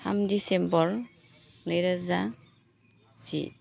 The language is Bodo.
थाम दिसेम्बर नैरोजा जि